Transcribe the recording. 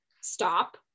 stop